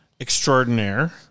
extraordinaire